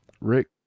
rick